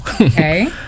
Okay